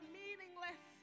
meaningless